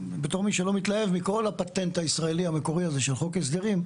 בתור מי שאינו מתלהב מכל הפטנט הזה הישראלי המקורי הזה של חוק ההסדרים,